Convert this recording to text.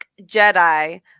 Jedi